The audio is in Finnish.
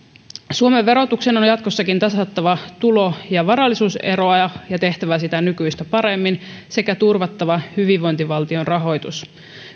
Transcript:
suomen verotuksen on jatkossakin tasattava tulo ja varallisuuseroa ja ja tehtävä sitä nykyistä paremmin sekä turvattava hyvinvointivaltion rahoitus